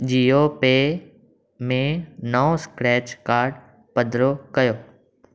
Jio pay में नओं scratch कार्डु पधिरो कयो